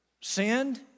sinned